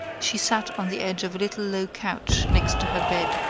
she sat on the edge of a little low couch next to her bed.